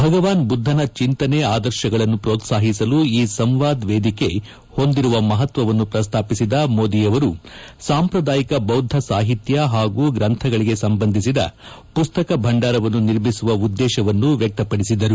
ಭಗವಾನ್ ಬುದ್ದನ ಚಿಂತನೆ ಆದರ್ಶಗಳನ್ನು ಪ್ರೋತ್ಪಾಹಿಸಲು ಈ ಸಂವಾದ್ ವೇದಿಕೆ ಹೊಂದಿರುವ ಮಹತ್ವವನ್ನು ಪ್ರಸ್ತಾಪಿಸಿದ ಮೋದಿಯವರು ಸಾಂಪ್ರದಾಯಿಕ ಬೌದ್ದ ಸಾಹಿತ್ಯ ಹಾಗೂ ಗ್ರಂಥಗಳಿಗೆ ಸಂಬಂಧಿಸಿದ ಪುಸ್ತಕ ಭಂಡಾರವನ್ನು ನಿರ್ಮಿಸುವ ಉದ್ದೇಶವನ್ನು ವ್ಯಕ್ತಪಡಿಸಿದರು